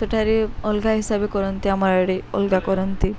ସେଠାରେ ଅଲଗା ହିସାବ କରନ୍ତି ଆମର ଆଡ଼ ଅଲଗା କରନ୍ତି